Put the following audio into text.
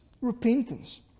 repentance